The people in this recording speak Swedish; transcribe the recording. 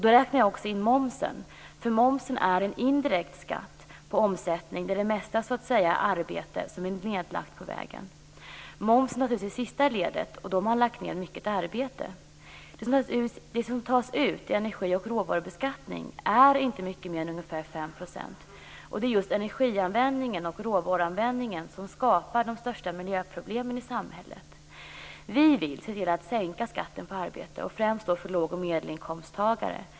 Då räknar jag också in momsen, för momsen är en indirekt skatt på omsättning där så att säga det mesta arbetet är nedlagt på vägen. Moms är det sista ledet, och då har man lagt ned mycket arbete. Det som tas ut i energi och råvarubeskattning är inte mycket mer än ungefär 5 %, och det är just energianvändningen och råvaruanvändningen som skapar de största miljöproblemen i samhället. Vi vill se till att sänka skatten på arbete, och främst då för låg och medelinkomsttagare.